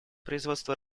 производства